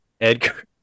Edgar